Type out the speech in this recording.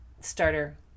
starter